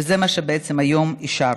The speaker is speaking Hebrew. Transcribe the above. וזה מה שהיום אישרנו.